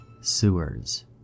sewers